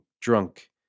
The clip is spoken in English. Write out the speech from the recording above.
drunk